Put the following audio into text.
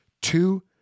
Two